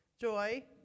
joy